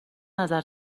نظر